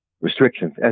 restrictions